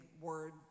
word